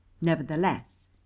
Nevertheless